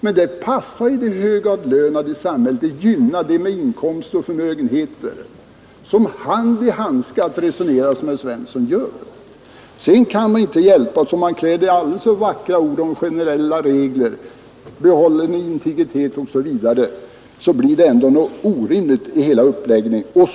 Herr Svenssons resonemang passar de högavlönade i samhället, de gynnade, de människor som har hög inkomst och förmögenhet som hand i handske. Även om herr Svensson klär sitt resonemang i aldrig så vackra ord om generella regler, behållen integritet osv., så blir hela uppläggningen orimlig.